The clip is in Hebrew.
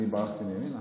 אני ברחתי מימינה?